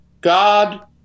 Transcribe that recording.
God